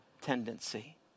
tendency